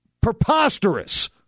Preposterous